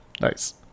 Nice